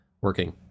working